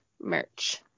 merch